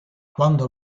quando